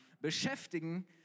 beschäftigen